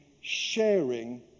sharing